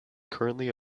currently